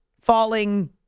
falling